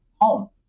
home